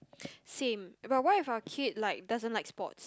same but what if our kid like doesn't like sports